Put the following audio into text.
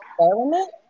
experiment